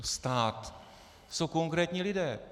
Stát to jsou konkrétní lidé.